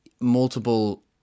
multiple